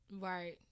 Right